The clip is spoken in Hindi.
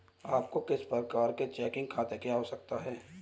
आपको किस प्रकार के चेकिंग खाते की आवश्यकता है?